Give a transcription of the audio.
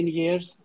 years